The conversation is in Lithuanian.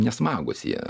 nesmagūs jie